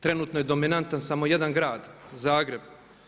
Trenutno je dominantan samo jedan grad, Zagreb.